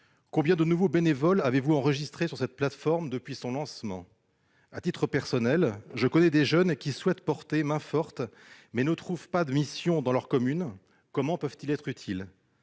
combien de nouveaux bénévoles avez-vous enregistrés sur cette plateforme depuis son lancement ? À titre personnel, je connais des jeunes qui souhaitent prêter main-forte, mais ne trouvent pas de missions dans leur commune. Comment peuvent-ils être utiles ?